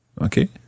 Okay